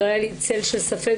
אין לי צל של ספק,